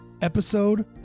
episode